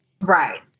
Right